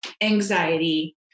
anxiety